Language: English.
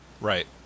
Right